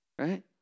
right